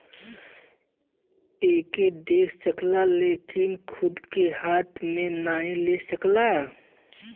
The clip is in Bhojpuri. एके देख सकला लेकिन खूद के हाथ मे नाही ले सकला